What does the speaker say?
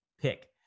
Pick